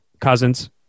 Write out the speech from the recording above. Cousins